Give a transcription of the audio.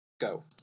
go